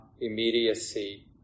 immediacy